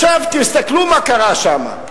עכשיו, תסתכלו מה קרה שמה.